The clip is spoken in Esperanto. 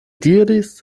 diris